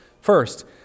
First